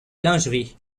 lingerie